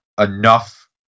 enough